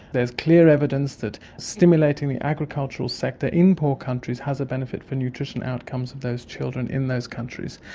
there is clear evidence that stimulating the agricultural sector in poor countries has a benefit for nutrition outcomes of those children in those countries,